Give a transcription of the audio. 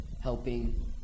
helping